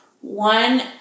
one